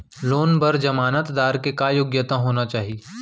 Loan बर जमानतदार के का योग्यता होना चाही?